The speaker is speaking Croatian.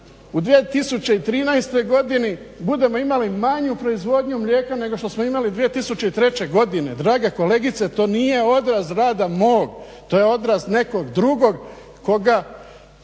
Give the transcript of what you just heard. u 2013. godini budemo imali manju proizvodnju mlijeka nego što smo imali 2003. godine. Draga kolegice to nije odraz rada mog, to je odraz nekog drugog koga,